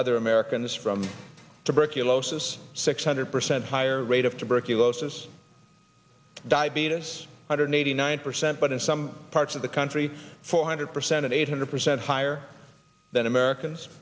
other americans from tuberculosis six hundred percent higher rate of tuberculosis diabetes hundred eighty nine percent but in some parts of the country four hundred percent and eight hundred percent higher than americans